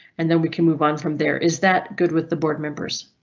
and then we can move on from there. is that good with the board members?